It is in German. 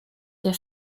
der